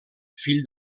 fill